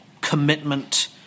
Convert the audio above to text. commitment